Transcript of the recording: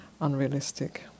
Unrealistic